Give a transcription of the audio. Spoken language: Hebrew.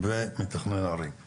ומתכנן ערים;